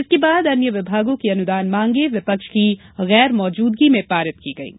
इसके बाद अन्य विभागों की अनुदान मांगें विपक्ष की गैरमौजूदगी में पारित की गयीं